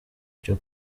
cyo